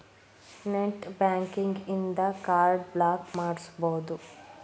net banking ಇನ್ದಾ card block ಮಾಡ್ಸ್ಬೊದು